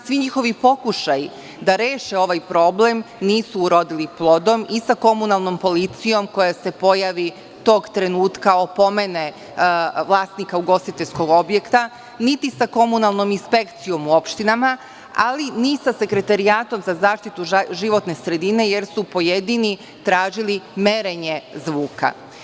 Svi njihovi pokušaji da reše ovaj problem nisu urodili plodom, i sa komunalnom policijom koja se pojavi tog trenutka, opomene vlasnika ugostiteljskog objekta, niti sa komunalnom inspekcijom u opštinama, ali ni sa Sekretarijatom za zaštitu životne sredine, jer su pojedini tražili merenje zvuka.